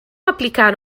aplicar